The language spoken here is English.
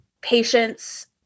patients